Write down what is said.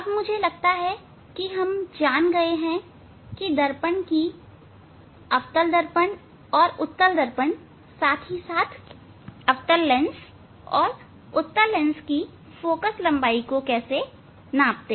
अब मुझे लगता है कि हम जान गए हैं कि दर्पण की अवतल दर्पण और उत्तल दर्पण साथ ही साथ अवतल लेंस और उत्तल लेंस की फोकल लंबाई को कैसे नापते हैं